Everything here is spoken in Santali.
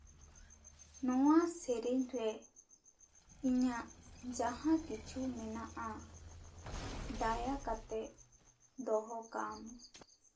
ᱱᱚᱣᱟ ᱥᱮᱨᱮᱧ ᱨᱮ ᱤᱧᱟᱹᱜ ᱡᱟᱦᱟᱸ ᱠᱤᱪᱷᱩ ᱢᱮᱱᱟᱜᱼᱟ ᱫᱟᱭᱟ ᱠᱟᱛᱮ ᱫᱚᱦᱚ ᱠᱟᱢ